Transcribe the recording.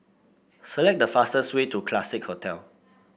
select the fastest way to Classique Hotel